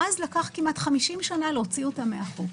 ואז לקח כמעט 50 שנים להוציא אותה מהחוק.